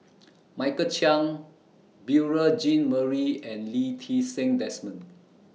Michael Chiang Beurel Jean Marie and Lee Ti Seng Desmond